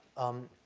um,